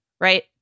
Right